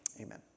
Amen